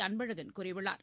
அன்பழகன் கூறியுள்ளார்